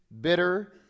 bitter